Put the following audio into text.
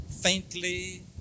faintly